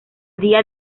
día